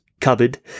cupboard